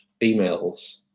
emails